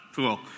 Cool